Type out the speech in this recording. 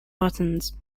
buttons